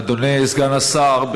אדוני סגן השר,